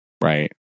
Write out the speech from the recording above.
right